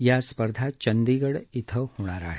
या स्पर्धा चंदीगड इथं होणार आहे